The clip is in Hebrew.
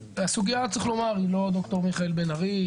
הסוגייה צריך לומר היא לא ד"ר מיכאל בן ארי,